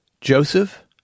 Joseph